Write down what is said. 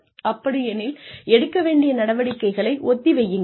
அப்படியெனில் எடுக்க வேண்டிய நடவடிக்கையை ஒத்திவையுங்கள்